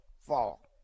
Fall